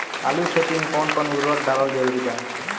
आलू के खेती मे कौन कौन उर्वरक डालल जरूरी बा?